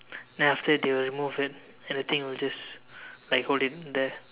then after that they will remove it and the thing will just like hold in there